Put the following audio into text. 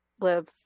Lives